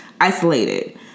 isolated